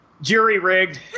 jury-rigged